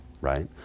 right